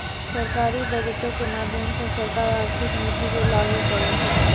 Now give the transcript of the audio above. सरकारी बजटो के माध्यमो से सरकार आर्थिक नीति के लागू करै छै